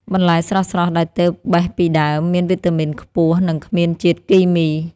បន្លែស្រស់ៗដែលទើបបេះពីដើម មានវីតាមីនខ្ពស់ និងគ្មានជាតិគីមី។